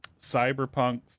cyberpunk